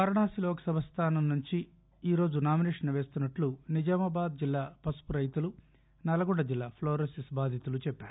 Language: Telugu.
వారణాసి లోక్సభ స్థానం నుండి ఈ రోజు నామినేషస్ వేస్తున్నట్లు నిజామాబాద్ జిల్లా పసుపు రైతులు నల్లగొండ జిల్లా ఫ్లోరోసిస్ బాధితులు చెప్పారు